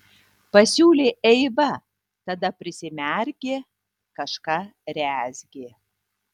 pasiūlė eiva tada prisimerkė kažką rezgė